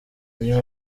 uyu